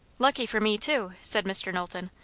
lucky for me, too, said mr. knowlton.